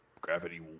gravity